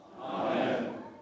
Amen